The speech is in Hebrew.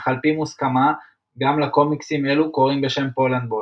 אך על פי מוסכמה גם לקומיקסים אלו קוראים בשם פולנדבול.